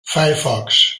firefox